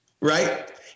Right